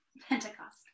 Pentecost